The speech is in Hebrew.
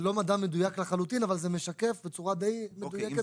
זה לא מדע מדויק לחלוטין אבל זה משקף בצורה די מדויקת את העלות.